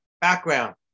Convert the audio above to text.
background